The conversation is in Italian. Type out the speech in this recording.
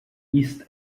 east